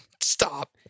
Stop